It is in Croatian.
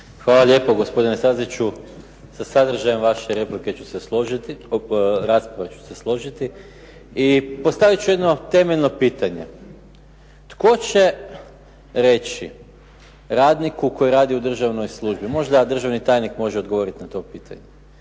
Hvala lijepo. Gospodine Staziću, sa sadržajem vaše rasprave ću se složiti i postavit ću jedno temeljno pitanje. Tko će reći radniku koji radi u državnoj službi, možda državni tajnik može odgovorit na to pitanje,